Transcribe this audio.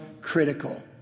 critical